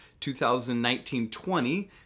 2019-20